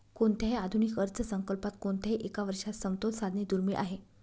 कोणत्याही आधुनिक अर्थसंकल्पात कोणत्याही एका वर्षात समतोल साधणे दुर्मिळ आहे